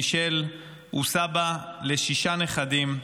מישל הוא סב לשישה נכדים,